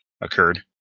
occurred